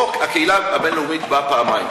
פה הקהילה הבין-לאומית באה פעמיים,